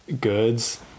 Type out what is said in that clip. goods